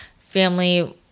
family